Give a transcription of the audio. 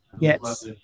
yes